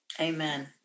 Amen